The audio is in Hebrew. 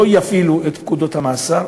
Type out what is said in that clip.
לא יפעילו את פקודות המאסר,